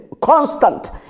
constant